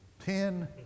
Ten